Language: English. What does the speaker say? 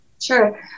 Sure